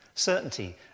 Certainty